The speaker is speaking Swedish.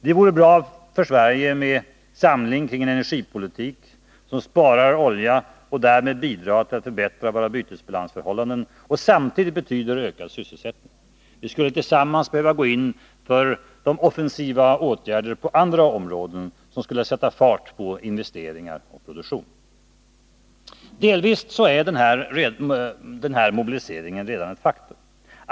Det vore bra för Sverige med samling kring en energipolitik som sparar olja och därmed bidrar till att förbättra våra bytesbalansförhållanden och samtidigt betyder ökad sysselsättning. Vi skulle tillsammans behöva gå in för de offensiva åtgärder på andra områden som skulle sätta fart på investeringar och produktion. Delvis är denna mobilisering redan ett faktum.